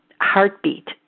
Heartbeat